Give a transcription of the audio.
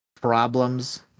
problems